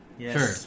Sure